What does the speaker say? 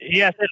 yes